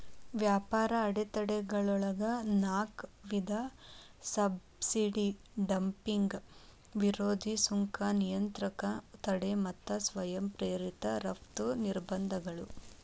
ವ್ಯಾಪಾರ ಅಡೆತಡೆಗಳೊಳಗ ನಾಕ್ ವಿಧ ಸಬ್ಸಿಡಿ ಡಂಪಿಂಗ್ ವಿರೋಧಿ ಸುಂಕ ನಿಯಂತ್ರಕ ತಡೆ ಮತ್ತ ಸ್ವಯಂ ಪ್ರೇರಿತ ರಫ್ತು ನಿರ್ಬಂಧಗಳು